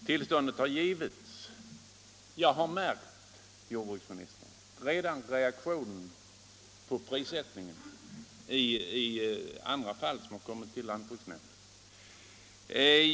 Tillståndet har givits, och jag har redan märkt, herr jordbruksminister, reaktioner i prissättningen i andra fall som har kommit till lantbruksnämnden.